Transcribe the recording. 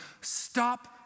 stop